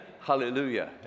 Hallelujah